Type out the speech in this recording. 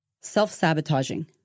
Self-sabotaging